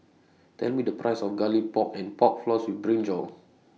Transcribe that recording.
Tell Me The Price of Garlic Pork and Pork Floss with Brinjal